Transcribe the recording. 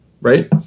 right